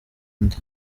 undi